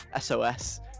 SOS